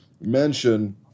mention